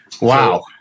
Wow